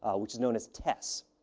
which is known as tess.